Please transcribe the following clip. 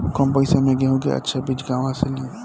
कम पैसा में गेहूं के अच्छा बिज कहवा से ली?